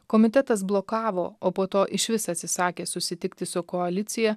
komitetas blokavo o po to išvis atsisakė susitikti su koalicija